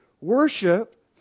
Worship